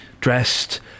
dressed